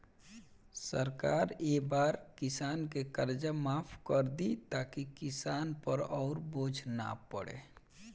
सरकार ए बार किसान के कर्जा माफ कर दि ताकि किसान पर अउर बोझ ना पड़े